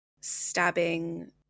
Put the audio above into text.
stabbing